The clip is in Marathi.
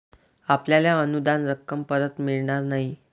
आपल्याला अनुदान रक्कम परत मिळणार नाही